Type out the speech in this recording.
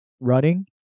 running